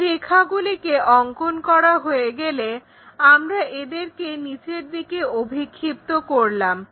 এই রেখাগুলিকে অঙ্কন করা হয়ে গেলে আমরা এদেরকে নিচের দিকে অভিক্ষিপ্ত করলাম